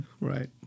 Right